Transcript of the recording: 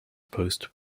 post